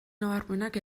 nabarmenak